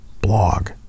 blog